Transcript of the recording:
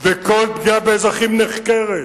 וכל פגיעה באזרחים נחקרת,